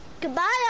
Goodbye